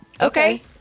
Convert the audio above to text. Okay